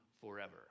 forever